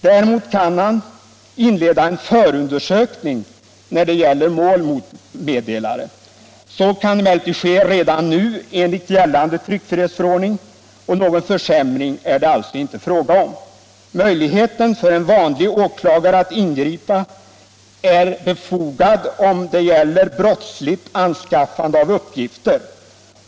Däremot kan han inleda en förundersökning när det gäller mål mot meddelaren. Så kan emellertid ske redan nu enligt gällande tryckfrihetsförordnig. Någon försämring är det alltså inte fråga om. Möjligheten för en vanlig åklagare att ingripa är befogad om det gäller brottsligt anskaffande av uppgifter.